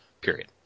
period